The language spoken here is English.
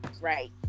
right